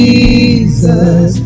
Jesus